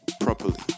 properly